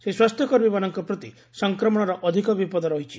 ସେହି ସ୍ୱାସ୍ଥ୍ୟକର୍ମୀମାନଙ୍କ ପ୍ରତି ସଂକ୍ରମଣର ଅଧିକ ବିପଦ ରହିଛି